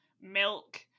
milk